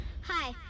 Hi